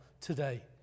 today